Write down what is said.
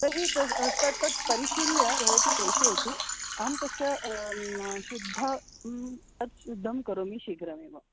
तर्हि तद् तत् तत् परिशील्य भवती प्रेषयतु अहं तस्य शुद्धं तत् शुद्धं करोमि शीघ्रमेव